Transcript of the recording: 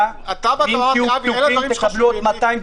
אלה הדברים שחשובים לי.